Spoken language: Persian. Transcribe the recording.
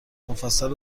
مفصل